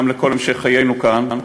גם לכל המשך חיינו כאן,